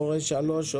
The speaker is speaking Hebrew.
הורה 3,